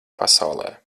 pasaulē